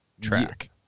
track